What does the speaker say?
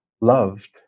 loved